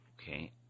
Okay